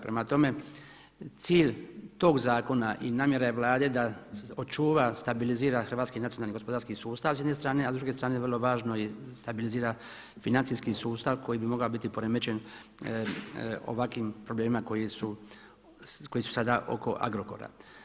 Prema tome, cilj tog zakona i namjera je Vlade da očuva, stabilizira hrvatski nacionalni gospodarski sustav s jedne strane, a s druge strane vrlo važno stabilizira financijski sustav koji bi mogao biti poremećen ovakvim problemima koji su sada oko Agrokora.